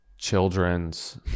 Children's